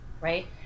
Right